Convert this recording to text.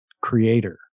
creator